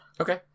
Okay